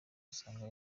usanga